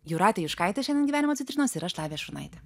jūratė juškaitė šiandien gyvenimo citrinos ir aš lavija šurnaitė